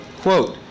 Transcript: quote